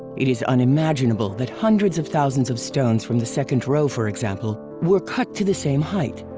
it is unimaginable that hundreds of thousands of stones from the second row for example, were cut to the same height,